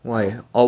I do